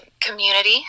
community